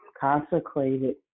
consecrated